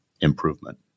improvement